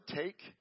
take